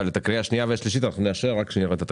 את הקריאה השנייה והשלישית נאשר רק כשנראה את התקנות.